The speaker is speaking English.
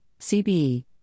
CBE